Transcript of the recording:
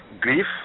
grief